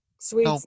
sweet